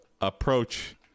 approach